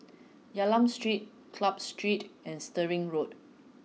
Hylam Street Club Street and Stirling Road